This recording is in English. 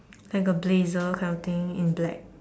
like a blazer kind of thing in black